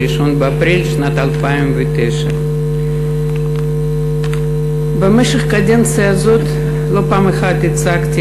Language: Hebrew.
ב-1 באפריל שנת 2009. במשך הקדנציה הזאת לא פעם אחת הצגתי